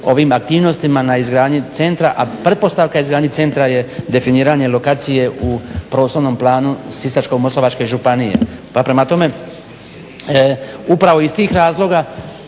ovim aktivnostima na izgradnji centra, a pretpostavka izgradnji centra je definiranje lokacije u Prostornom planu Sisačko-moslavačke županije. Pa prema tome upravo iz tih razloga